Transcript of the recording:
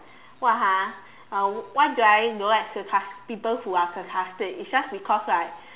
what ha uh what do I don't like sarcas~ people who are sarcastic it's just because right